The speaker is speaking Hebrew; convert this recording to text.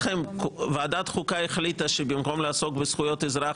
ועדת חוקה החליטה שבמקום לעסוק בזכויות אזרח